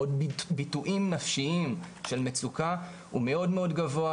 או עוד ביטויים נפשיים של מצוקה הוא מאוד מאוד גבוה,